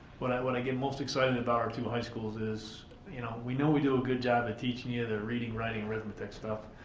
what i what i get most excited about our two high schools is you know we know we do a good job of teaching you the reading, writing, and arithmetic stuff,